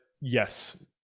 Yes